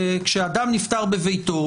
כשאדם נפטר בביתו,